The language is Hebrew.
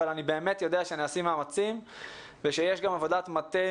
אבל אני באמת יודע שנעשים מאמצים ושגם יש עבודת מטה